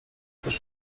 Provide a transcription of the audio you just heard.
też